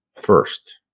First